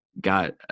got